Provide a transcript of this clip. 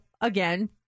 Again